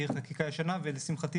היא חקיקה ישנה ולשמחתי,